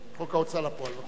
חוק ההוצאה לפועל, בבקשה.